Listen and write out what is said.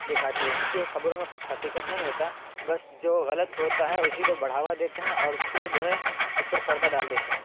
دکھاتی ہے ان کی خبروں میں کچھ حقیقت نہیں ہوتا بس جو غلط ہوتا ہے اسی کو بڑھاوا دیتے ہیں اور اس کے جو ہے اس پر پردہ ڈال دیتے ہیں